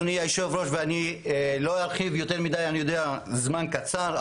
אני לא ארחיב יותר מידי כי הזמן קצר.